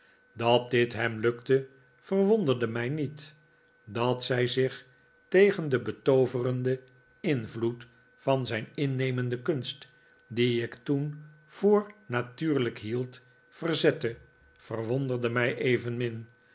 dat dit hem lukte verwonderde mij niet dat zij zich tegen den betooverenden invloed van zijn innemende kunst die ik toen voor natuurlijk hield yerzette verwonderde mij evenmin